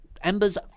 Ember's